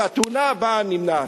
והתאונה הבאה נמנעת.